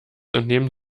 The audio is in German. entnehmen